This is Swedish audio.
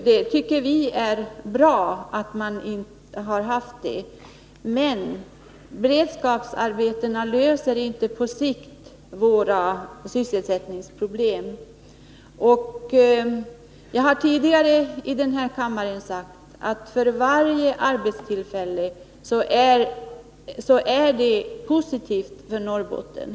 Vi tycker att det är bra att sådana har stått till buds, men beredskapsarbetena löser inte våra sysselsättningsproblem på sikt. Jag har tidigare i denna kammare sagt att varje arbetstillfälle är positivt för Norrbotten.